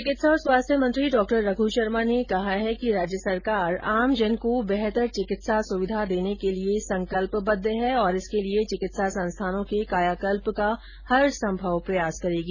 चिकित्सा और स्वास्थ्य मंत्री डॉ रघू शर्मा ने कहा है कि राज्य सरकार आमजन को बेहतर चिकित्सा सुविधा देने के लिए संकल्पंबद्ध है और इसके लिये चिकित्सा संस्थानों के कायाकल्प का हरसंभव प्रयास करेगी